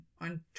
On